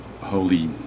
holy